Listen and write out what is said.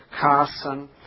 Carson